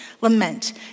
lament